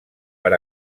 per